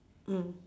mm